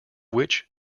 which